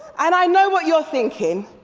and i know what you are thinking,